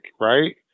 right